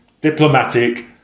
diplomatic